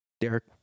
Derek